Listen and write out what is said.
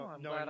no